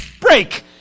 break